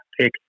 pick